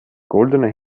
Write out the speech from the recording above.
goldener